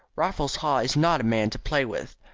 raffles haw is not a man to play with.